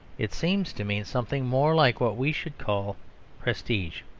it seems to mean something more like what we should call prestige.